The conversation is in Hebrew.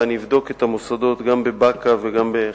ואבדוק את המוסדות שהזכרת,